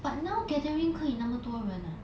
but now gathering 可以那么多人 ah